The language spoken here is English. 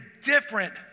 different